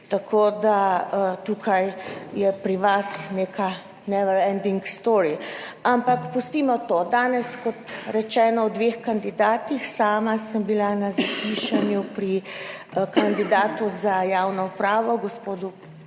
Tako da tukaj je pri vas neka neverending story, ampak pustimo to danes. Kot rečeno, o dveh kandidatih. Sama sem bila na zaslišanju pri kandidatu za javno upravo gospodu